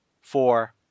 four